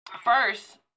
First